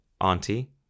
auntie